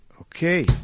Okay